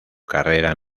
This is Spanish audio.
carrera